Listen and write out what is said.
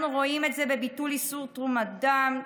אנחנו רואים את זה בביטול איסור תרומת דם,